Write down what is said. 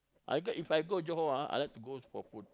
I get If I go Johor ah I like to go for food